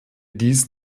dies